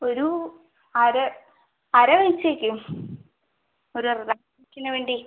ഒരു അര അര കഴിച്ചേയ്ക്കൂ ഒരു റിലാക്സേഷനുവേണ്ടി